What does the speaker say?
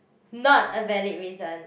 not a valid reason